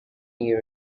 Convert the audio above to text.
year